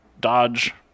Dodge